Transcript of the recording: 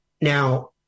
Now